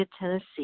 Tennessee